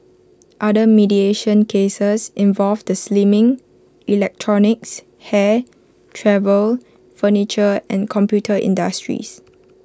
other mediation cases involved the slimming electronics hair travel furniture and computer industries